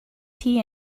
tea